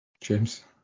James